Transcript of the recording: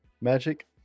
magic